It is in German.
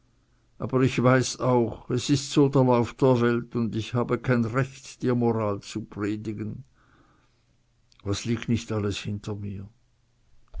aber ich weiß auch es ist so lauf der welt und ich habe kein recht dir moral zu predigen was liegt nicht alles hinter mir